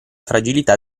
fragilità